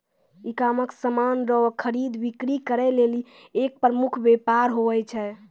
ecommerce समान रो खरीद बिक्री करै लेली एक प्रमुख वेपार हुवै छै